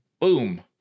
boom